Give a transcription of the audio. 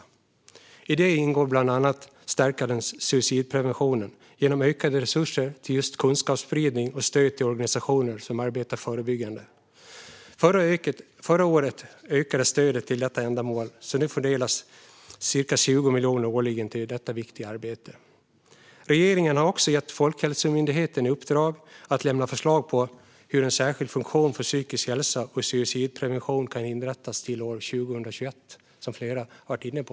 I det ingår bland annat att stärka suicidpreventionen genom ökade resurser till kunskapsspridning och stöd till organisationer som arbetar förebyggande. Förra året ökades stödet för detta ändamål, så nu fördelas ca 20 miljoner årligen till detta viktiga arbete. Regeringen har också gett Folkhälsomyndigheten i uppdrag att lämna förslag på hur en särskild funktion för psykisk hälsa och suicidprevention skulle kunna inrättas till år 2021, som flera har varit inne på.